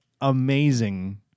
amazing